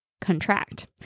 contract